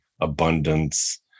abundance